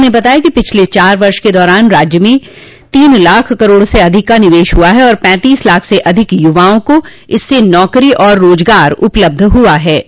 उन्होंने बताया कि पिछले चार वर्ष के दौरान राज्य में तीन लाख करोड़ से अधिक का निवेश हुआ है और पैंतीस लाख से अधिक युवाओं को इससे नौकरी और रोजगार उपलब्ध हुआ है